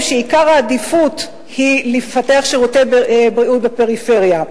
שעיקר העדיפות היא לפתח שירותי בריאות בפריפריה.